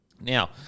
now